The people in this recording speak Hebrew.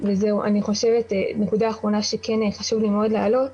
נקודה חשובה שחשוב לי להעלות